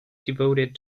devoted